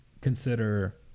consider